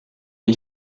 est